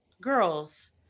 girls